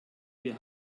wir